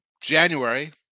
January